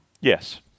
Yes